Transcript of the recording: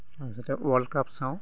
তাৰপাছতে world cup চাওঁ